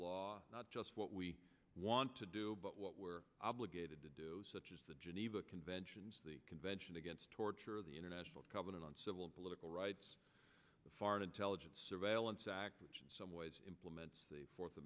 law not just what we want to do but what we're obligated to do such as the geneva conventions convention against torture the international covenant on civil and political rights the foreign intelligence surveillance act in some ways implements the fourth